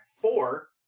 four